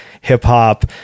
hip-hop